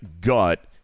gut